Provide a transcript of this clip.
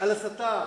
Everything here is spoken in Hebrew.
על הסתה?